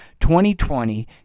2020